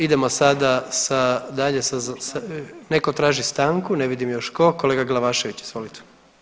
Idemo sada sa, dalje sa, netko traži stanku ne vidim još tko, kolega Glavašević, izvolite.